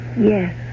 Yes